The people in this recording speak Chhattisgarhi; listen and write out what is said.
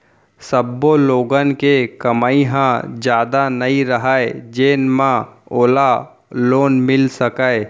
सब्बो लोगन के कमई ह जादा नइ रहय जेन म ओला लोन मिल सकय